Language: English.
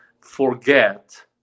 forget